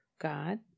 God